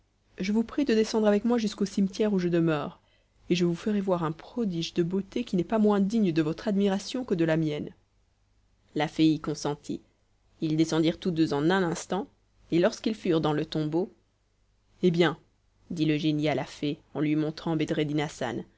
je vous prie de descendre avec moi jusqu'au cimetière où je demeure et je vous ferai voir un prodige de beauté qui n'est pas moins digne de votre admiration que de la mienne la fée y consentit ils descendirent tous deux en un instant et lorsqu'ils furent dans le tombeau hé bien dit le génie à la fée en lui montrant bedreddin hassan